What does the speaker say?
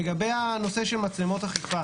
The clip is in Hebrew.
לגבי מצלמות אכיפה